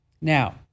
Now